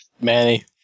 Manny